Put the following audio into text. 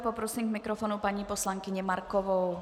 Poprosím k mikrofonu paní poslankyni Markovou.